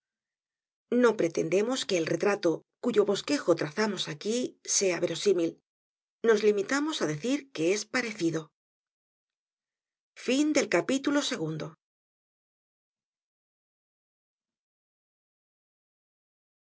no pretendemos que el retrato cuyo bosquejo trazamos aquí sea verosímil nos limitamos á decir que es parecido content from